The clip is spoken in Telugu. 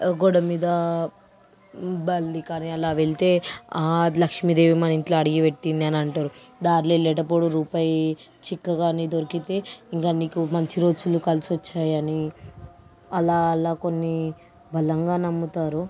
గోడమీద బల్లి కాని అలా వెళ్తే లక్ష్మీదేవి మా ఇంట్లో అడుగు పెట్టింది అని అంటారు దారిలో వెళ్ళేటప్పుడు రూపాయి చిక్కగానే దొరికితే దానికి మంచి రోజులు కలిసి వచ్చాయని అలా అలా కొన్ని బలంగా నమ్ముతారు